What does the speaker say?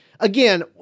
Again